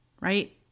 right